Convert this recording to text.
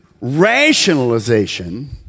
rationalization